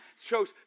shows